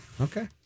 Okay